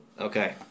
Okay